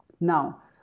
Now